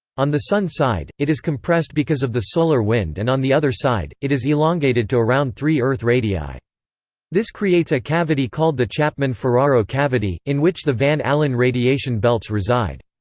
on the sun side, it is compressed because of the solar wind and on the other side, it is elongated to around three earth radii. this creates a cavity called the chapman ferraro cavity, in which the van allen radiation belts reside.